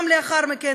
גם לאחר מכן,